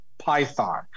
Python